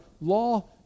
law